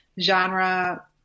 genre